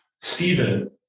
Stephen